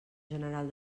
general